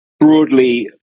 Broadly